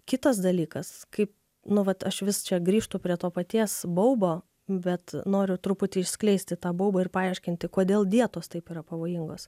kitas dalykas kaip nu vat aš vis čia grįžtu prie to paties baubo bet noriu truputį išskleisti tą baubą ir paaiškinti kodėl dietos taip yra pavojingos